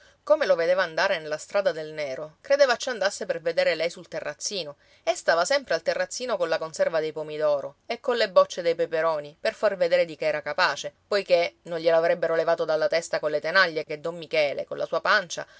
come lo vedeva andare nella strada del nero credeva ci andasse per veder lei sul terrazzino e stava sempre al terrazzino colla conserva dei pomidoro e colle bocce dei peperoni per far vedere di che era capace poiché non glielo avrebbero levato dalla testa colle tenaglie che don michele colla sua pancia